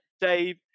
Dave